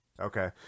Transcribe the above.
Okay